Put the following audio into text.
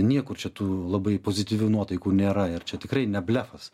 niekur čia tų labai pozityvių nuotaikų nėra ir čia tikrai ne blefas